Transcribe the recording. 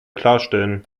klarstellen